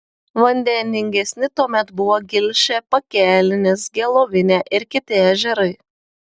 vandeningesni tuomet buvo gilšė pakelinis gelovinė ir kiti ežerai